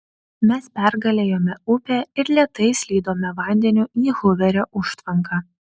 mes pergalėjome upę ir lėtai slydome vandeniu į huverio užtvanką